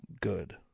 good